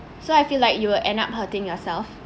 so I feel like you will end up hurting yourself